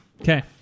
Okay